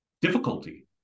difficulty